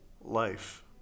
life